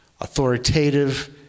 authoritative